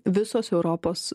visos europos